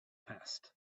passed